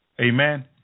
Amen